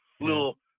little